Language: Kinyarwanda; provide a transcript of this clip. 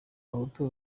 bahutu